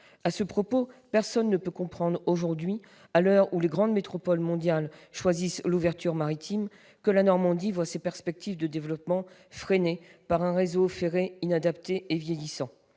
À cet égard, personne ne peut comprendre aujourd'hui, à l'heure où les grandes métropoles mondiales choisissent l'ouverture maritime, que la Normandie voie ses perspectives de développement freinées par un réseau ferré inadapté et vieillissant.